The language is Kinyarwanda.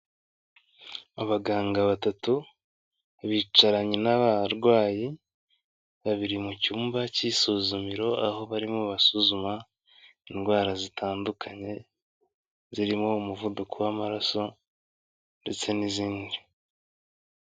Abaganga batatu bicaranye n'abarwayi babiri mu cyumba cy'isuzumiro, aho barimo babasuzuma indwara zitandukanye zirimo umuvuduko w'amaraso ndetse n'izindi.